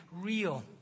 real